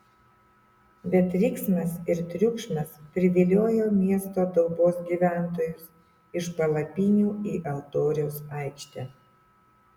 bet riksmas ir triukšmas priviliojo miesto daubos gyventojus iš palapinių į altoriaus aikštę